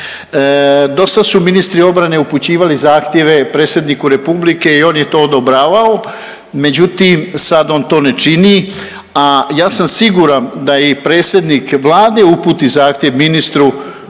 Do sad su ministri obrane upućivali zahtjeve Predsjedniku Republike i on je to odobravao, međutim sad on to ne čini a ja sam siguran da i predsjednik Vlade uputi zahtjev ministru odnosno